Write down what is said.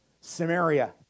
Samaria